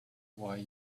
why